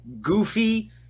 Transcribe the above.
goofy